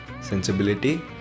sensibility